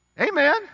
Amen